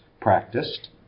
practiced